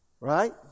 Right